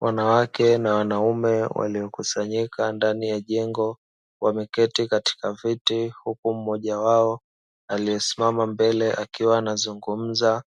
Wanawake na wanaume, waliokusanyika ndani ya jengo. Wameketi katika viti, huku mmoja wao, aliyesimama mbele akiwa anazungumza